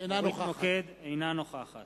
אינה נוכחת